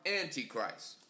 Antichrist